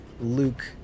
luke